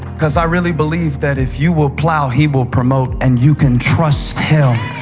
because i really believe that if you will plow, he will promote, and you can trust him.